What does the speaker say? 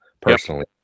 personally